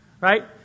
right